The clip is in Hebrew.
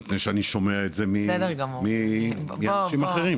מפני שאני שומע את זה מאנשים אחרים,